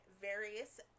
various